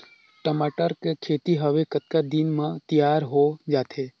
टमाटर कर खेती हवे कतका दिन म तियार हो जाथे?